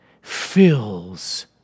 fills